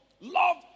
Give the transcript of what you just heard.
love